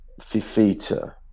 Fifita